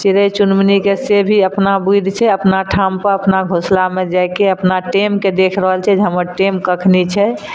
चिड़य चुनमुनीके से भी अपना बुद्धि छै अपना ठामपर अपना घोसलामे जाइके अपना टाइमके देख रहल छै जे हमर टाइम कखनी छै